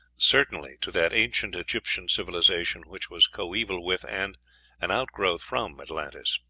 certainly to that ancient egyptian civilization which was coeval with, and an outgrowth from, atlantis.